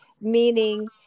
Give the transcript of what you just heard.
meaning